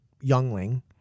youngling